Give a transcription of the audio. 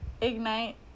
ignite